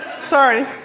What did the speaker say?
Sorry